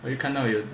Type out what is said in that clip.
but 又看到又